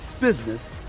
business